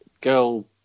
girl